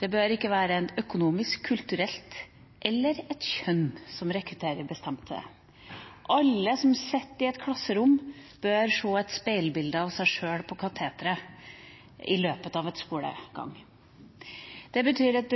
Det bør ikke være én økonomisk klasse, én kulturell gruppe eller ett kjønn som rekrutteres til yrket. Alle som sitter i et klasserom, bør se et speilbilde av seg sjøl ved kateteret i løpet av skolegangen. Det betyr at